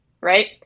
right